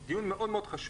זה דיון מאוד מאוד חשוב.